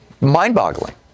mind-boggling